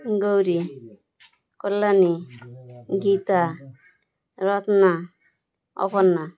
Gauri Kalyani Gita Ratna Aparna